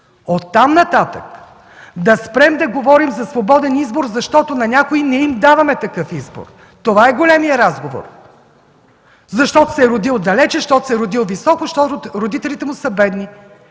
Оттам нататък да спрем да говорим за свободен избор, защото на някои не им даваме такъв избор – това е големият разговор, защото се е родил далече, защото се е родил високо, защото родителите му са бедни.